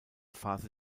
phase